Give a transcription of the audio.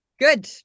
Good